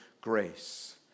grace